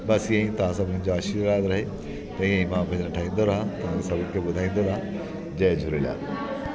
बसि ईअं ई तव्हां सभिनि जो आशीर्वाद रहे त ईअं ई मां पंहिंजो ठाहिंदो रहिहां ऐं सभिनि खे ॿुधाईंदो रहिहां जय झूलेलाल